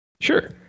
Sure